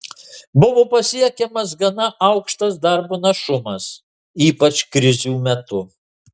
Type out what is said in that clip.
buvo pasiekiamas gana aukštas darbo našumas ypač krizių metu